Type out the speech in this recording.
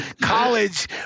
college